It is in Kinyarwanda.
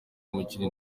umukinnyi